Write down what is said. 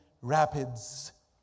rapids